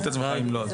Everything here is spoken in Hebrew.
אם אתה